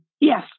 Yes